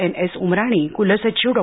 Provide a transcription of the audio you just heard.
N S Umrani क्लसचिव डॉ